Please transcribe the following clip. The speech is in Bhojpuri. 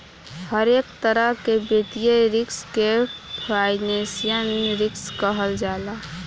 हरेक तरह के वित्तीय रिस्क के फाइनेंशियल रिस्क कहल जाला